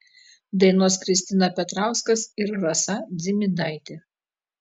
dainuos kristina petrauskas ir rasa dzimidaitė